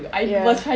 ya